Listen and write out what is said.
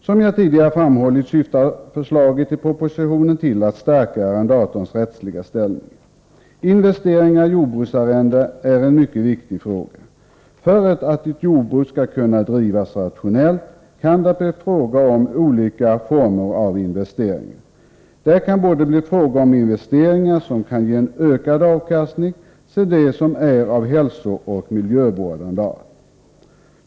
Som jag tidigare framhållit syftar förslaget i propositionen till att stärka arrendatorns rättsliga ställning. Frågan om investeringar i jordbruksarrenden är mycket viktig. För att ett jordbruk skall kunna drivas rationellt kan det bli fråga om olika former av investeringar — både investeringar som kan ge en ökad avkastning och investeringar som är av hälsooch miljövårdande art.